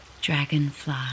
Dragonfly